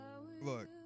Look